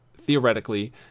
theoretically